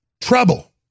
trouble